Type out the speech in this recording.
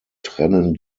trennen